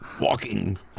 walking